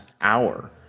hour